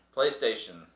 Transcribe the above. PlayStation